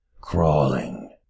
crawling